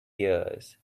years